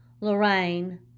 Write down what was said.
Lorraine